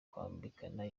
kwambikana